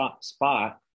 spot